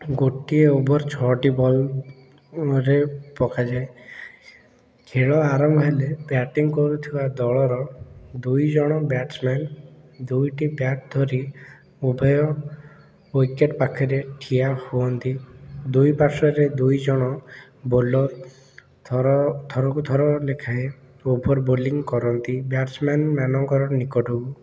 ଗୋଟିଏ ଓଭର୍ ଛଅଟି ବଲ୍ରେ ପକାଯାଏ ଖେଳ ଆରମ୍ଭ ହେଲେ ବ୍ୟାଟିଂ କରୁଥିବା ଦଳର ଦୁଇ ଜଣ ବ୍ୟାଟ୍ସମ୍ୟାନ୍ ଦୁଇଟି ବ୍ୟାଟ୍ ଧରି ଉଭୟ ୱିକେଟ୍ ପାଖରେ ଠିଆ ହୁଅନ୍ତି ଦୁଇ ପାର୍ଶ୍ୱରେ ଦୁଇ ଜଣ ବୋଲର୍ ଥର ଥରକୁ ଥର ଲେଖାଏଁ ଓଭର୍ ବୋଲିଂ କରନ୍ତି ବ୍ୟାଟ୍ସମ୍ୟାନମାନଙ୍କର ନିକଟକୁ